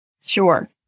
Sure